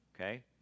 Okay